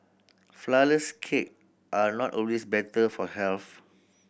flourless cake are not always better for health